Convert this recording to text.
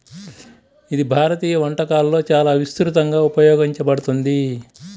ఇది భారతీయ వంటకాలలో చాలా విస్తృతంగా ఉపయోగించబడుతుంది